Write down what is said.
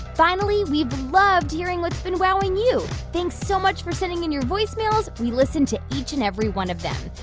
finally, we've loved hearing what's been wowing you. thanks so much for sending in your voicemails. we listen to each and every one of them.